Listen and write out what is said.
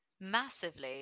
Massively